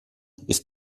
ist